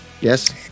Yes